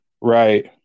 Right